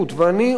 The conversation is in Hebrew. ואני אומר,